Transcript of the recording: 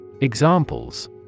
Examples